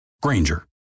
Granger